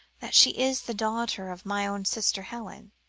that she is the daughter of my own sister helen?